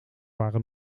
waren